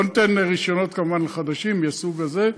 לא ניתן כמובן רישיונות לחדשות מהסוג הזה.